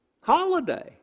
holiday